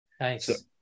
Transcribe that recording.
Nice